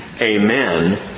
Amen